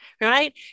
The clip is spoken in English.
right